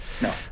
no